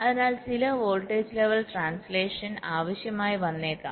അതിനാൽ ചിലപ്പോൾ ചില വോൾട്ടേജ് ലെവൽ ട്രാൻസ്ലേഷൻ ആവശ്യമായി വന്നേക്കാം